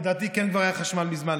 לדעתי כבר היה חשמל מזמן,